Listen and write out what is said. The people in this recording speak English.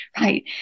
right